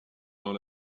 dans